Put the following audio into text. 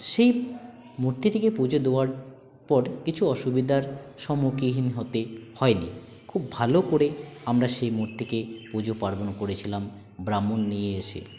সেই মূর্তিটিকে পুজো দেওয়ার পর কিছু অসুবিধার সম্মুখীন হয়ে হতে হয় নি খুব ভালো করে আমরা সেই মূর্তিকে পুজো পার্বণ করেছিলাম ব্রাহ্মণ নিয়ে এসে